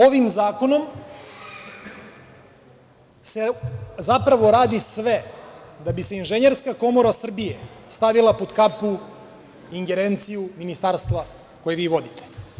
Ovim zakonom se zapravo radi sve, da bi se Inženjerska komora Srbija stavila pod kapu, ingerenciju ministarstva koje vi vodite.